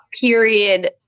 period